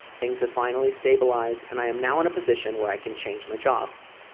things have finally stabilised and i am now in a position where i can change my jobs.